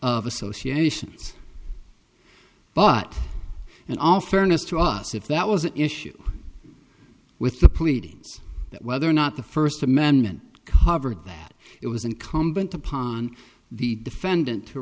of associations but in all fairness to us if that was an issue with the pleadings that whether or not the first amendment covered that it was incumbent upon the defendant to